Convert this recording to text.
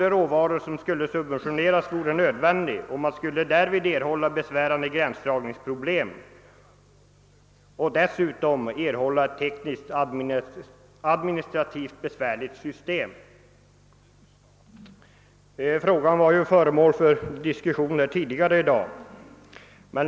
Det vore emellertid nödvändigt att göra ett urval av de råvaror som skulle subventioneras, och besvärande gränsdragningsproblem skulle därvid uppstå. Man skulle också få ett besvärligt teknisktadministrativt system. Frågan var föremål för diskussion tidigare i dag.